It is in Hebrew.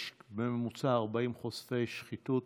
יש בממוצע 40 חושפי שחיתות